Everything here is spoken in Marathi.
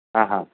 हां हां